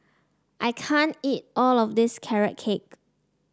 I can't eat all of this Carrot Cake